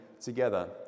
together